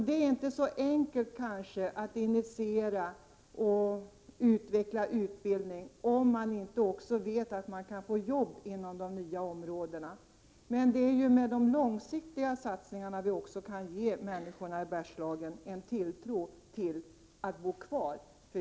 Det är inte så enkelt att initiera och skapa utbildning om man inte också kan garantera att människor kan få arbeten inom de nya områdena. Men det är genom långsiktiga satsningar som vi ger människorna i Bergslagen en tilltro till möjligheten att bo kvar.